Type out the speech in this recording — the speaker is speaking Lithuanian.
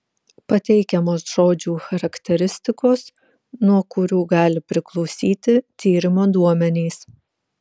pateikiamos žodžių charakteristikos nuo kurių gali priklausyti tyrimo duomenys